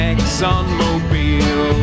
ExxonMobil